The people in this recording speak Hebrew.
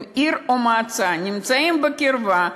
אם עיר או מועצה נמצאות בקרבת מקום,